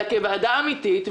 אלא כוועדה אמתית,